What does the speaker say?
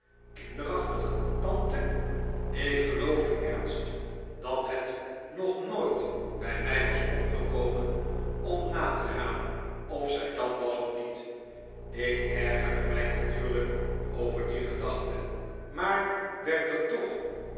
kinderachtig tante ik geloof in ernst dat het nog nooit bij mij was opgekomen om na te gaan of zij dat was of niet ik ergerde mij natuurlijk over die gedachte maar werd er toch